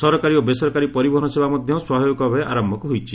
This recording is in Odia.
ସରକାରୀ ଓ ବେସରକାରୀ ପରିବହନ ସେବା ମଧ୍ୟ ସ୍ୱାଭାବିକ ଭାବେ ଆରମ୍ଭ ହୋଇଛି